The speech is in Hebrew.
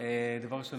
דבר ראשון,